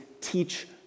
teach